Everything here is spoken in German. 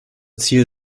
ziel